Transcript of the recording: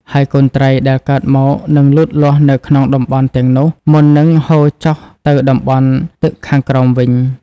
ហើយកូនត្រីដែលកើតមកនឹងលូតលាស់នៅក្នុងតំបន់ទាំងនោះមុននឹងហូរចុះទៅតំបន់ទឹកខាងក្រោមវិញ។